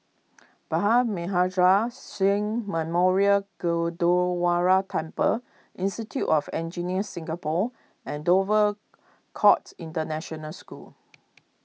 Bhai Maharaj Singh Memorial Gurdwara Temple Institute of Engineers Singapore and Dover Court International School